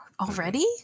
already